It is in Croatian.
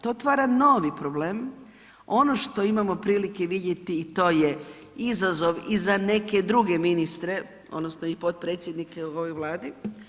To otvara novi problem, ono što imamo prilike vidjeti i to je izazov i za neke druge ministre, odnosno i potpredsjednike u ovoj Vladi.